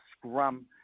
scrum